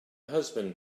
husband